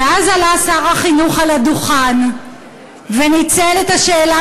ואז עלה שר החינוך על הדוכן וניצל את השאלה